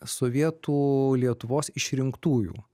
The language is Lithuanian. sovietų lietuvos išrinktųjų